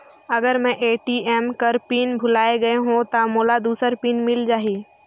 अगर मैं ए.टी.एम कर पिन भुलाये गये हो ता मोला दूसर पिन मिल जाही?